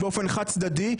באופן חד צדדי,